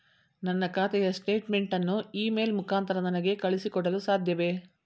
ನನ್ನ ಖಾತೆಯ ಸ್ಟೇಟ್ಮೆಂಟ್ ಅನ್ನು ಇ ಮೇಲ್ ಮುಖಾಂತರ ನನಗೆ ಕಳುಹಿಸಿ ಕೊಡಲು ಸಾಧ್ಯವೇ?